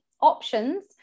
options